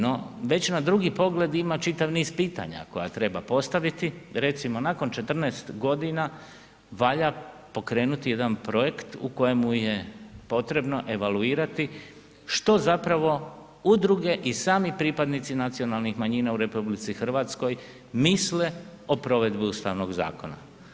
No, već na drugi pogled ima čitav niz pitanja koja treba postaviti, recimo nakon 14 godina valja pokrenuti jedan projekt u kojemu je potrebo evaluirati što zapravo udruge i sami pripadnici nacionalnih manjina u RH misle o provedbi ustavnog zakona.